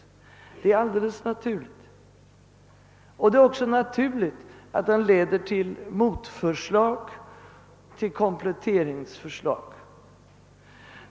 Det är också naturligt att den diskussionen leder till motförslag och kompletteringsförslag.